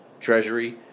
treasury